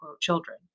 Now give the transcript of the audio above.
children